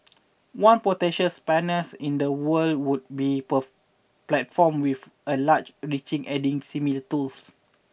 one potential spanners in the work would be platforms with a larger reach adding similar tools